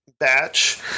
batch